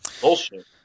Bullshit